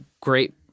great